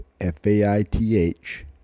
f-a-i-t-h